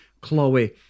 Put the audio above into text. Chloe